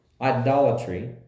idolatry